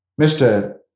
Mr